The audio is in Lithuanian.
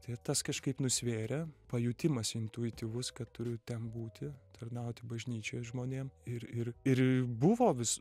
tai tas kažkaip nusvėrė pajutimas intuityvus kad turiu ten būti tarnauti bažnyčioj žmonėm ir ir ir buvo vis